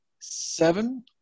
seven